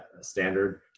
standard